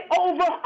over